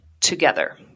together